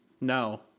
no